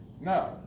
No